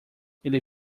ele